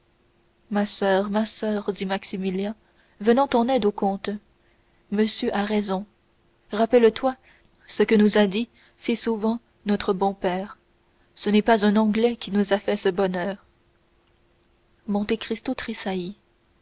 ma soeur ma soeur dit maximilien venant en aide au comte monsieur a raison rappelle-toi ce que nous a dit si souvent notre bon père ce n'est pas un anglais qui nous a fait ce bonheur monte cristo tressaillit